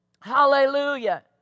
Hallelujah